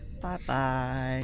Bye-bye